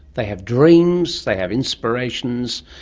they have dreams, they have inspirations,